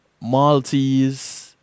Maltese